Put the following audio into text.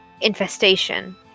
infestation